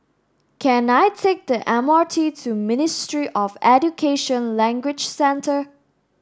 can I take the M R T to Ministry of Education Language Centre